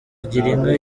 girinka